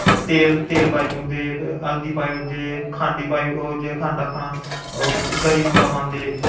तेल पाई ओड़दे हल्दी पाई ओड़दे खंड पाई ओड़दे खंड आक्खा ना गरी बूरा पाई ओड़दे